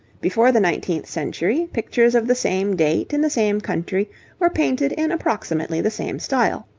before the nineteenth century, pictures of the same date in the same country were painted in approximately the same style.